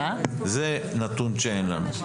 זה נתון שאין לנו.